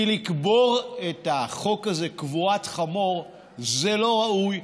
כי לקבור את החוק הזה קבורת חמור זה לא ראוי,